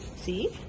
See